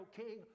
king